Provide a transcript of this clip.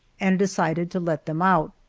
and decided to let them out,